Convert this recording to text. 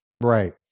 Right